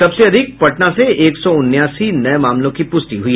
सबसे अधिक पटना से एक सौ उनासी नये मामलों की पृष्टि हुई